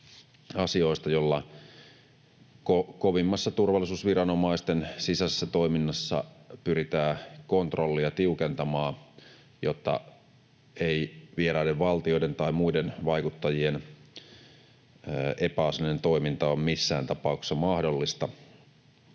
joilla kovimmassa turvallisuusviranomaisten sisäisessä toiminnassa pyritään kontrollia tiukentamaan, jotta vieraiden valtioiden tai muiden vaikuttajien epäasiallinen toiminta ei ole missään tapauksessa mahdollista.